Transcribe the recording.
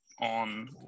on